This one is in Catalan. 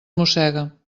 mossega